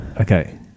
Okay